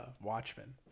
Watchmen